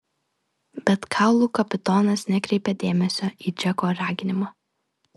bet kaulų kapitonas nekreipė dėmesio į džeko raginimą